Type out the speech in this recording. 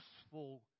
useful